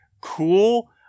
cool